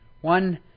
One